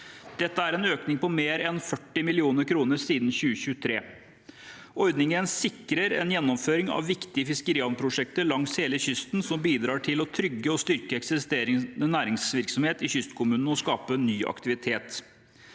Dette er en økning på mer enn 40 mill. kr siden 2023. Ordningen sikrer en gjennomføring av viktige fiskerihavnprosjekter langs hele kysten, som bidrar til å trygge og styrke eksisterende næringsvirksomhet i kystkommunene og skape ny aktivitet.